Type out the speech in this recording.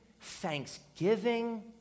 thanksgiving